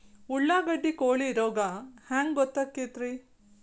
ಉಳ್ಳಾಗಡ್ಡಿ ಕೋಳಿ ರೋಗ ಹ್ಯಾಂಗ್ ಗೊತ್ತಕ್ಕೆತ್ರೇ?